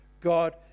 God